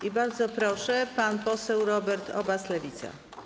I bardzo proszę, pan poseł Robert Obaz, Lewica.